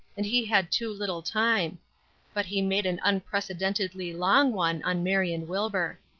and he had too little time but he made an unprecedentedly long one on marion wilbur.